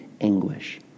anguish